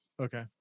Okay